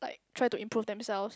like try to improve themselves